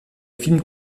film